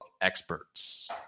experts